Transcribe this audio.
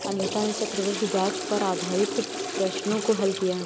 अनीता ने चक्रवृद्धि ब्याज पर आधारित प्रश्नों को हल किया